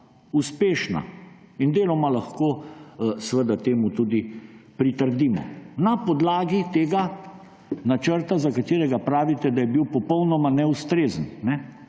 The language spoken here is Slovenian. uspešna in deloma lahko temu tudi pritrdimo? Na podlagi tega načrta, za katerega pravite, da je bil popolnoma neustrezen,